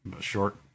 short